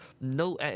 no